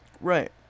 Right